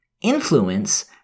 influence